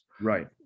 right